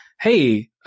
Hey